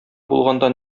булганда